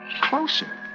Closer